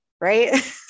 right